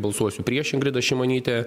balsuosiu prieš ingridą šimonytę